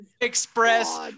express